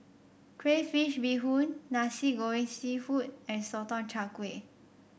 Crayfish Beehoon Nasi Goreng seafood and Sotong Char Kway